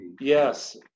yes